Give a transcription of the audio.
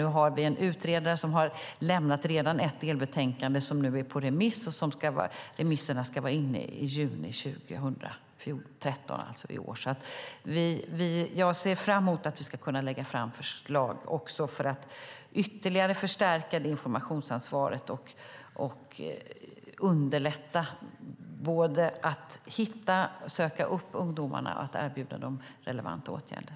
Nu har vi en utredare som redan lämnat ett delbetänkande. Det är på remiss och remisserna ska vara inne i juni 2013, alltså i år. Jag ser fram emot att vi ska kunna lägga fram förslag för att ytterligare förstärka informationsansvaret samt göra det lättare att söka upp ungdomarna och kunna erbjuda dem relevanta åtgärder.